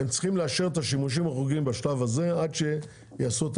צריכים לאשר את השימושים החורגים בשלב הזה עד שיעשו את